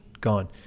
Gone